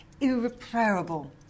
irreparable